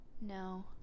No